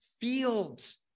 fields